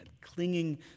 Clinging